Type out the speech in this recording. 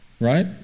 right